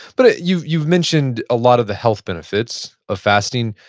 but ah you've you've mentioned a lot of the health benefits of fasting,